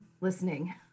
listening